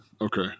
Okay